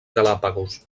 galápagos